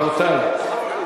רבותי,